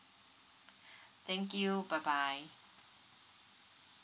thank you bye bye